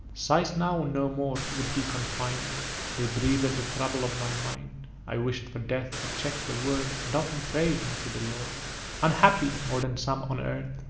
sighs now no more would be confin'd they breath'd the the trouble of my mind i wish'd for death, but check'd the word, and often pray'd unto the lord unhappy, more than some on earth,